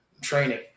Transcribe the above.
training